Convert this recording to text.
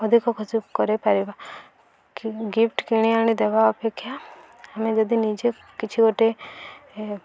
ଅଧିକ ଖୁସି କରାଇପାରିବା କି ଗିଫ୍ଟ କିଣି ଆଣି ଦେବା ଅପେକ୍ଷା ଆମେ ଯଦି ନିଜେ କିଛି ଗୋଟେ